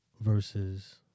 Versus